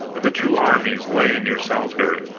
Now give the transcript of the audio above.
the two armies lay near salisbury.